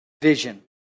Vision